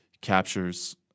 captures